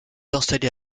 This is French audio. installée